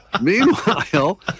Meanwhile